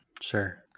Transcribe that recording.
Sure